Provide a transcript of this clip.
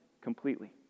completely